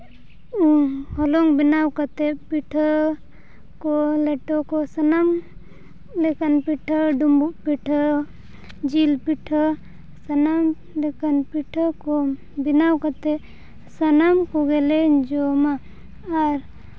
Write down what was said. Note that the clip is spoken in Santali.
ᱦᱚᱞᱚᱝ ᱵᱮᱱᱟᱣ ᱠᱟᱛᱮᱫ ᱯᱤᱴᱷᱟᱹ ᱠᱚ ᱞᱮᱴᱚ ᱠᱚ ᱥᱟᱱᱟᱢ ᱞᱮᱠᱟᱱ ᱯᱤᱴᱷᱟᱹ ᱰᱩᱢᱵᱩᱜ ᱯᱤᱴᱷᱟᱹ ᱡᱤᱞ ᱯᱤᱴᱷᱟᱹ ᱥᱟᱱᱟᱢ ᱞᱮᱠᱟᱱ ᱯᱤᱴᱷᱟᱹ ᱠᱚ ᱵᱮᱱᱟᱣ ᱠᱟᱛᱮᱫ ᱥᱟᱱᱟᱢ ᱠᱚᱜᱮᱞᱮ ᱡᱚᱢᱟ ᱟᱨ